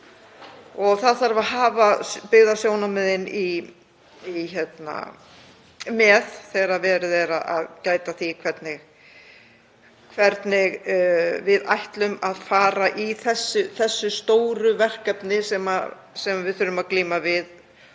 og hafa þarf byggðasjónarmiðin með þegar hugað er að því hvernig við ætlum að fara í þessi stóru verkefni sem við þurfum að glíma við